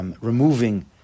Removing